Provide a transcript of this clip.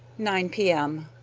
nine p m.